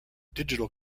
digital